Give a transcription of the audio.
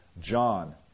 John